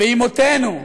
ואמותינו,